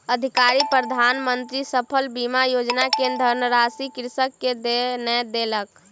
अधिकारी प्रधान मंत्री फसल बीमा योजना के धनराशि कृषक के नै देलक